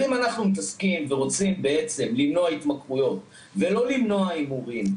אם אנחנו מתעסקים ורוצים למנוע התמכרויות ולא למנוע הימורים,